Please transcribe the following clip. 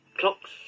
Clocks